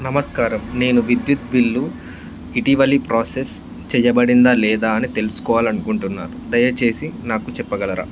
నమస్కారం నేను విద్యుత్ బిల్లు ఇటీవలి ప్రాసెస్ చేయబడిందా లేదా అని తెలుసుకోవాలనుకుంటున్నాను దయచేసి నాకు చెప్పగలరా